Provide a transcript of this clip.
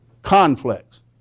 Conflicts